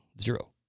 zero